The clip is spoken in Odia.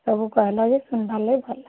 ସବୁ କହେଲ ଯେ ଶୁନ୍ବାର୍ ଲାଗି ଭଲ୍ ଲାଗ୍ଲା